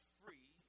free